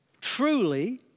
truly